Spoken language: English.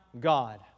God